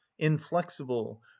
inflexible